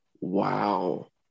Wow